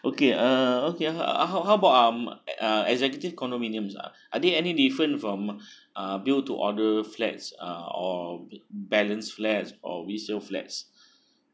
okay uh okay uh how how about um e~ uh executive condominiums ah are there any different from um built to order flats ah or balance flats or resale flats